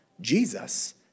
Jesus